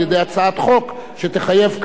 על-ידי הצעת חוק שתחייב,